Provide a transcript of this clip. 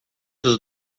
dos